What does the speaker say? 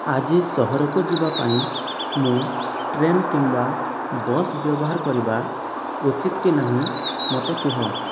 ଆଜି ସହରକୁ ଯିବା ପାଇଁ ମୁଁ ଟ୍ରେନ୍ କିମ୍ବା ବସ୍ ବ୍ୟବହାର କରିବା ଉଚିତ କି ନାହିଁ ମୋତେ କୁହ